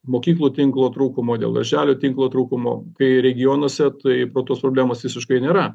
mokyklų tinklo trūkumo dėl darželių tinklo trūkumo kai regionuose tai problemos visiškai nėra